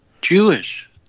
Jewish